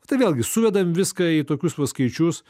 tai vėlgi suvedam viską į tokius va skaičius